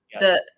Yes